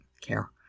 care